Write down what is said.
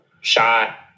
shot